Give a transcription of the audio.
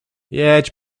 jedź